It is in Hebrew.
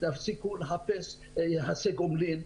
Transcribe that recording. תפסיקו לחפש יחסי גומלין.